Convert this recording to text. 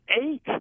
eight